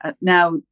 now